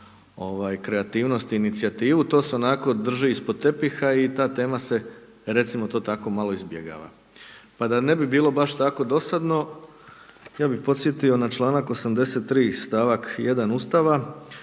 kreativnost, inicijativu, to se onako drži ispod tepiha i ta tema se, recimo to tako, malo izbjegava. Pa da ne bi bilo baš tako dosadno, ja bi podsjetio na članak 83. stavak 1. Ustava,